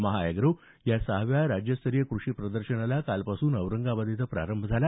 महाअॅग्रो या सहाव्या राज्यस्तरीय क्रषी प्रदर्शनाला कालपासून औरंगाबाद इथं प्रारंभ झाला